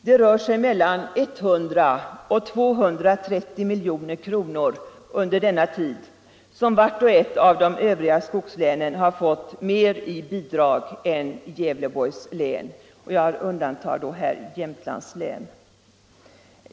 Det rör sig om mellan 100 och 230 milj.kr. under denna tid som vart och ett av övriga skogslän har fått mer i bidrag än Gävleborgs län. Jag undantar då Jämtlands län.